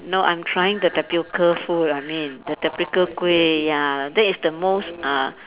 no I'm trying the tapioca food I mean the tapioca kueh yeah that is the most uh